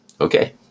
Okay